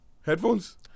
Headphones